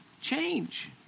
change